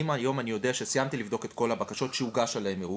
אם היום אני יודע שסיימתי לבדוק את כל הבקשות שהוגש עליהן ערעור,